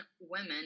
women